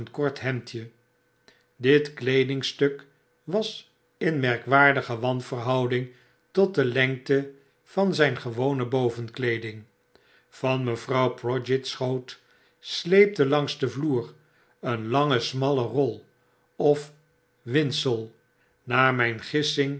kort hemdje dit kleedingstuk was in merkwaardige wanverhouding tot de lengte van zyn gewone bovenkleeding van mevrouw prodgit's schoot sleepte iangs den vloer een lange smalle rol of windsel naar mijn